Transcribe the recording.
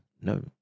No